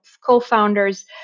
co-founders